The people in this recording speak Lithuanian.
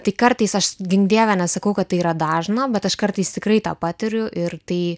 tai kartais aš gink dieve nesakau kad tai yra dažna bet aš kartais tikrai tą patiriu ir tai